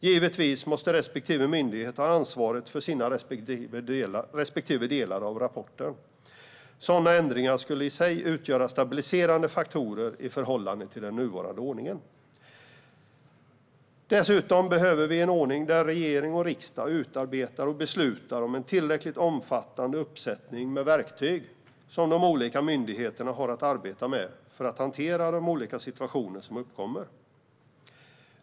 Givetvis måste respektive myndighet ha ansvaret för sina respektive delar av rapporten. Sådana ändringar skulle i sig utgöra stabiliserande faktorer i förhållande till den nuvarande ordningen. Dessutom behöver vi en ordning där regering och riksdag utarbetar och beslutar om en tillräckligt omfattande uppsättning med verktyg som de olika myndigheterna har att arbeta med för att hantera de olika situationer som uppkommer.